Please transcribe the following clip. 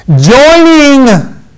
joining